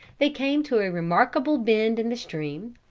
they came to a remarkable bend in the stream,